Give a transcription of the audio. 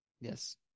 Yes